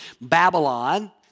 Babylon